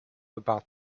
about